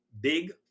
big